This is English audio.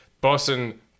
Boston